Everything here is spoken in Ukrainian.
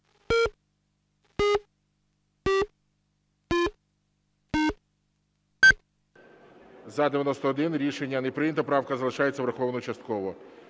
За-91 Рішення не прийнято. Правка залишається врахованою частково.